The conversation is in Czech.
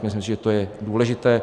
Myslím si, že to je důležité.